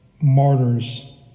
martyrs